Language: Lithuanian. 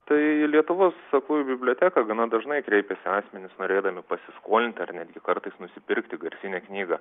tai į lietuvos aklųjų biblioteką gana dažnai kreipiasi asmenys norėdami pasiskolinti ar netgi kartais nusipirkti garsinę knygą